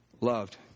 loved